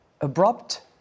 abrupt